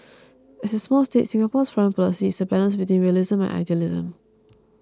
as a small state Singapore's foreign policy is a balance between realism and idealism